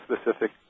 specific